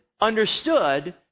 understood